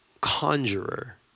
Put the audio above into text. conjurer